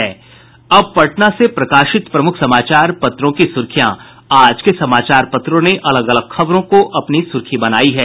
अब पटना से प्रकाशित प्रमुख समाचार पत्रों की सुर्खियां आज के समाचार पत्रों ने अलग अलग खबरों की अपनी सुर्खी बनायी है